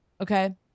Okay